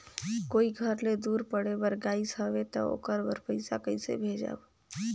कोई घर ले दूर पढ़े बर गाईस हवे तो ओकर बर पइसा कइसे भेजब?